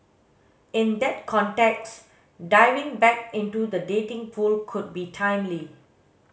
in that context diving back into the dating pool could be timely